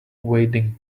wading